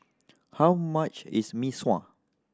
how much is Mee Sua